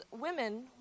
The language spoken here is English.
women